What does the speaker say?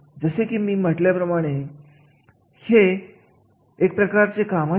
जेव्हा आपण एखाद्या कार्याच्या कामगिरीच्या पातळी विषयी बोलत असतो तेव्हा त्या कार्याची किंमत काय आहे